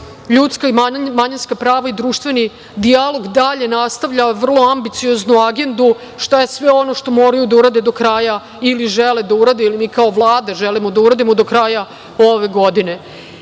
ljudska i manjinska prava i društveni dijalog, dalje nastavlja vrlo ambiciozno Agendu šta je sve ono što moraju da urade do kraja, ili žele da urade, ili mi kao Vlada želimo da uradimo do kraja ove godine. Sada,